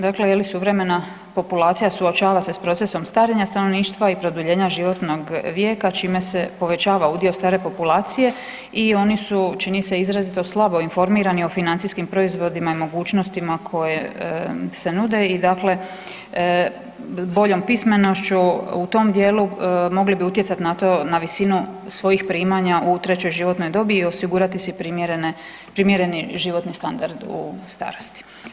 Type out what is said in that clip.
Dakle je li suvremena populacija suočava se s procesom starenja stanovništva i produljenja životnog vijeka čime se povećava udio stare populacije i oni su čini se izrazito slabo informirani o financijskim proizvodima i mogućnostima koje se nude i dakle boljom pismenošću u tom dijelu mogli bi utjecati na to, na visinu svojih primanja u trećoj životnoj dobi i osigurati si primjereni životni standard u starosti.